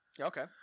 Okay